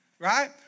right